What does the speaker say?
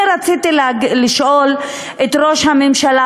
אני רציתי לשאול את ראש הממשלה,